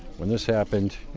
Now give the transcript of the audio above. when this happened,